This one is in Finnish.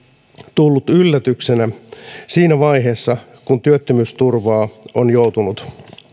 tullut yllätyksenä siinä vaiheessa kun työttömyysturvaa on joutunut